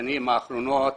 השנים האחרונות